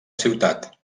ciutat